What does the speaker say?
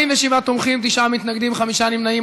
47 תומכים, תשעה מתנגדים, חמישה נמנעים.